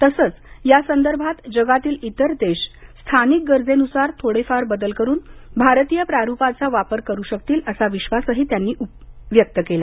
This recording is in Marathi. तसच यासंदर्भात जगातील इतर देश स्थानिक गरजेनुसार थोडेफार बदल करून भारतीय प्रारुपाचा उपयोग करू शकतील असा विश्वासही त्यांनी व्यक्त केला